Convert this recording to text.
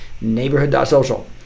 Neighborhood.social